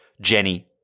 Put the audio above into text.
Jenny